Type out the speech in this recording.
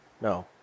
No